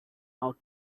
out